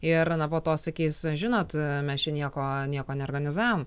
ir na po to sakys žinot mes čia nieko nieko neorganizavom